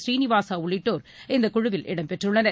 சீனிவாசாஉள்ளிட்டோர் இந்தக்குழுவில் இடம் பெற்றுள்ளனர்